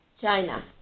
China